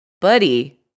buddy